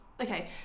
Okay